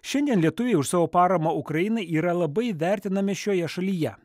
šiandien lietuviai už savo paramą ukrainai yra labai vertinami šioje šalyje